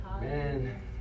Man